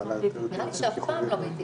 נראה לי שאף פעם זה לא מיטיב